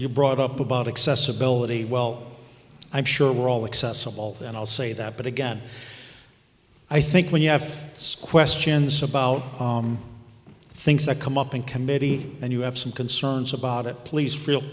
you brought up about accessibility well i'm sure we're all excessive all and i'll say that but again i think when you have questions about things that come up in committee and you have some concerns about it please feel